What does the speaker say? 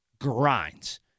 grinds